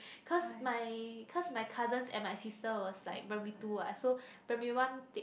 cause my cause my cousin and my sister was like primary two what so primary one take